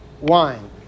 wine